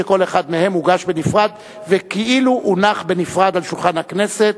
שכל אחד מהם הוגש בנפרד וכאילו הונח בנפרד על שולחן הכנסת,